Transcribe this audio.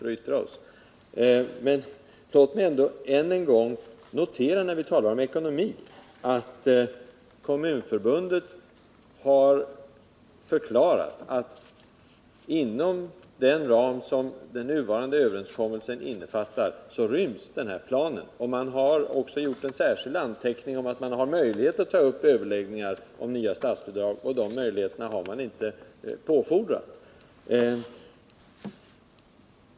Låt mig dock på tal om ekonomin än en gång notera att Kommunförbundet har förklarat att inom ramen för den nuvarande överenskommelsen ryms planen. Det har också gjorts en särskild anteckning om, att man har möjlighet att ta upp överläggningar om statsbidragsreglerna, men dessa möjligheter har inte utnyttjats.